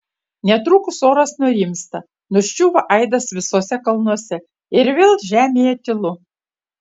netrukus oras nurimsta nuščiūva aidas visuose kalnuose ir vėl žemėje tylu